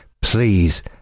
Please